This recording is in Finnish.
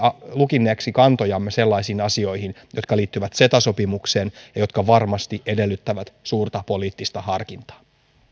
lukinneeksi kantojamme sellaisiin asioihin jotka liittyvät ceta sopimukseen ja jotka varmasti edellyttävät suurta poliittista harkintaa